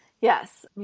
Yes